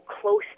close